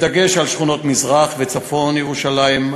בדגש על שכונות מזרח וצפון ירושלים,